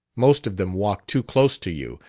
most of them walked too close to you,